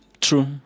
True